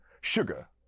Sugar